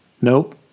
Nope